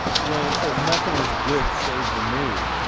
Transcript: williams says, nothing is good save the new.